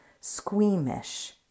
squeamish